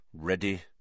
Ready